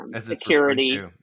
security